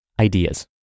ideas